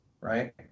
right